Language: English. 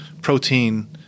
protein